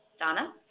donna